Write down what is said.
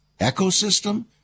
Ecosystem